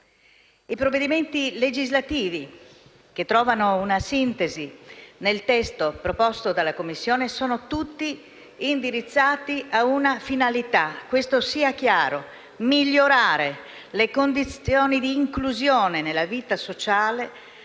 I provvedimenti legislativi che trovano una sintesi nel testo proposto dalla Commissione - sia chiaro - sono tutti indirizzati a una finalità: migliorare le condizioni d'inclusione nella vita sociale